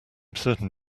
certain